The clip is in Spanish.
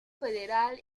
federal